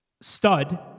stud